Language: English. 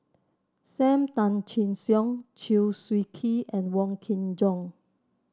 Sam Tan Chin Siong Chew Swee Kee and Wong Kin Jong